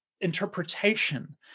interpretation